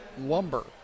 lumber